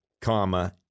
comma